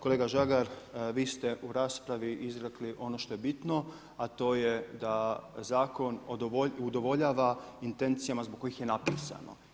Kolega Žagar, vi ste u raspravi izrekli ono što je bitno, a to je da zakon udovoljava intencijama zbog kojih je napisano.